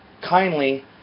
kindly